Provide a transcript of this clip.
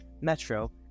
metro